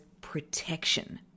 protection